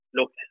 Look